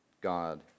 God